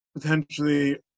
potentially